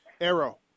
Arrow